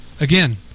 Again